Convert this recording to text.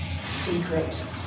secret